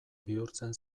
bihurtzen